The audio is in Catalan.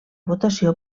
votació